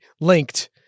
linked